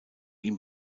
ihm